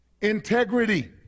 Integrity